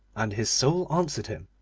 and his soul answered him,